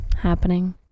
happening